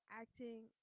acting